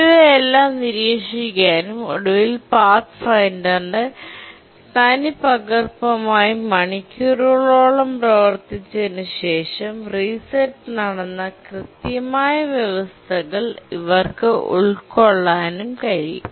ഇവയെല്ലാം നിരീക്ഷിക്കാനും ഒടുവിൽ പാത്ത്ഫൈൻഡറിന്റെ തനിപ്പകർപ്പുമായി മണിക്കൂറുകളോളം പ്രവർത്തിച്ചതിനുശേഷം റീസെട് നടന്ന കൃത്യമായ വ്യവസ്ഥകൾ അവർക്ക് ഉൾകൊള്ളാനും കഴിയും